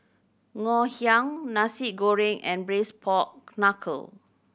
Ngoh Hiang Nasi Goreng and Braised Pork Knuckle